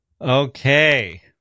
okay